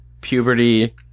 puberty